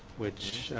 which